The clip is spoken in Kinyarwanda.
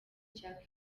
cya